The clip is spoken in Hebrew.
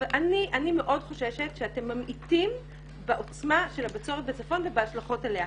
אני מאוד חוששת שאתם ממעיטים בעוצמה של הבצורת בצפון ובהשלכות עליה.